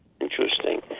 Interesting